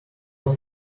mean